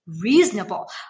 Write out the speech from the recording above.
reasonable